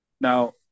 Now